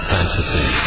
Fantasy